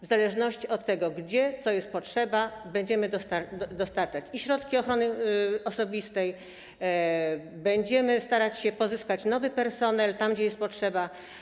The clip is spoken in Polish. W zależności od tego, gdzie co jest potrzebne, będziemy dostarczać środki ochrony osobistej, będziemy starać się pozyskać nowy personel, tam gdzie jest taka potrzeba.